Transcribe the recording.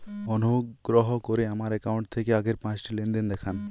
অনুগ্রহ করে আমার অ্যাকাউন্ট থেকে আগের পাঁচটি লেনদেন দেখান